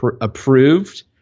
approved